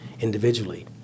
individually